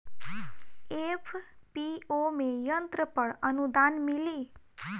FPO में यंत्र पर आनुदान मिँली?